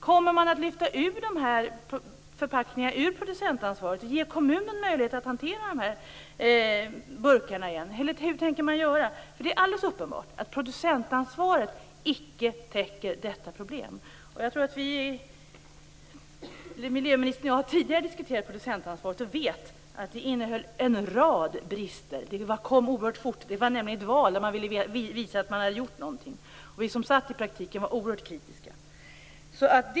Kommer man att lyfta ut de här förpackningarna från producentansvaret och ge kommunen möjlighet att återigen hantera de här burkarna? Hur tänker man göra? Det är alldeles uppenbart att producentansvaret icke täcker in detta problem. Miljöministern och jag har tidigare diskuterat producentansvaret och vet att det hade en rad brister. Det kom ju oerhört fort. Det var nämligen val och man ville visa att man hade gjort någonting. Vi som agerade i praktiken var oerhört kritiska.